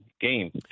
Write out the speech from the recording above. game